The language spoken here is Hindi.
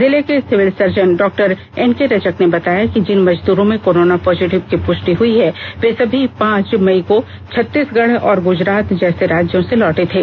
जिले के civil surgeon doctor NK Rajak ने बताया कि जिन मजदूरों में कोरोना पॉजिटिव की पुष्टि हुई है वे सभी पांच मई को छत्तीसगढ़ और गुजरात जैसे राज्यों से लौटे थे